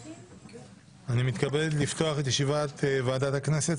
אני מתכבד לפתוח את ישיבת ועדת הכנסת,